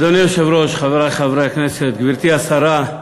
אדוני היושב-ראש, חברי חברי הכנסת, גברתי השרה,